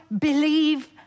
believe